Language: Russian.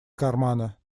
кармана